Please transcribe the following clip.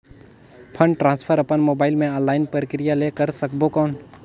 Fund transfer अपन mobile मे online प्रक्रिया ले कर सकबो कौन?